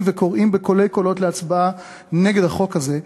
וקוראים בקולי קולות להצבעה נגד החוק הזה,